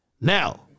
Now